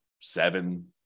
seven